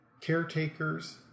Caretakers